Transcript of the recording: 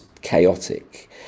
chaotic